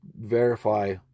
verify